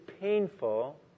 painful